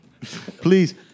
Please